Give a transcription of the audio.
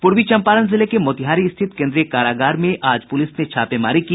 पूर्वी चंपारण जिले के मोतिहारी स्थित केन्द्रीय कारागार में आज पुलिस ने छापेमारी की